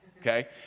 Okay